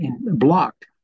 blocked